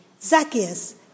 Zacchaeus